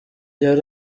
yari